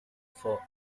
for